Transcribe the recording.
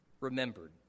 remembered